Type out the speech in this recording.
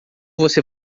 você